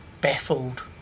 baffled